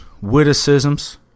Witticisms